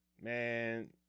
man